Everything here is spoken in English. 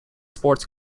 sports